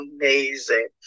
amazing